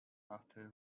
after